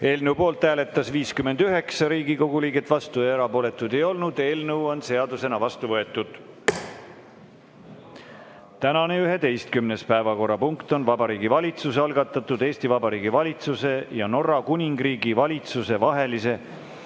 Eelnõu poolt hääletas 59 Riigikogu liiget, vastuolijaid ega erapooletuid ei olnud. Eelnõu on seadusena vastu võetud. Tänane 11. päevakorrapunkt on Vabariigi Valitsuse algatatud Eesti Vabariigi valitsuse ja Norra Kuningriigi valitsuse vahelise